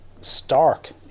stark